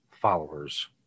followers